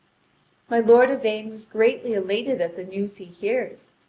my lord yvain was greatly elated at the news he hears,